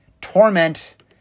Torment